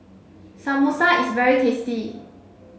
Samosa is very tasty